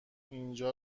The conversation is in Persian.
اینجا